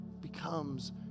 becomes